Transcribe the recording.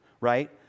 right